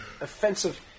offensive